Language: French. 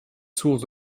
sources